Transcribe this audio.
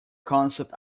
concept